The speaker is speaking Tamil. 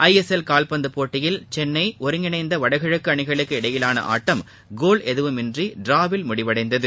ஐ எஸ் எல் கால்பந்து போட்டியில் சென்னை ஒருங்கிணைந்த வடகிழக்கு அணிகளுக்கு இடையே நடைபெற்ற ஆட்டம் கோல் எதுவுமின்றி டிராவில் முடிவடைந்தது